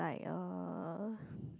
like uh